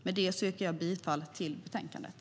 Med det yrkar jag bifall till förslaget i betänkandet.